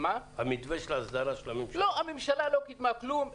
לא, הממשלה לא קידמה כלום.